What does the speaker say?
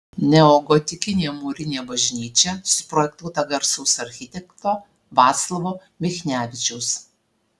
neogotikinė mūrinė bažnyčia suprojektuota garsaus architekto vaclovo michnevičiaus